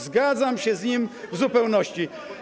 Zgadzam się z nim w zupełności.